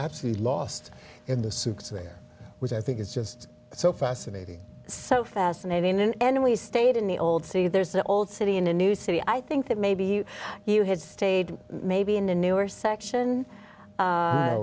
absolutely lost in the souks there which i think is just so fascinating so fascinating and we stayed in the old see there's the old city in a new city i think that maybe you had stayed maybe in a newer section